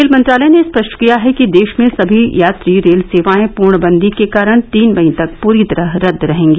rail मंत्रालय ने स्पष्ट किया है कि देश में सभी यात्री रेल सेवाएं पूर्णबंदी के कारण तीन मई तक पूरी तरह रद्द रहेंगी